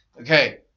okay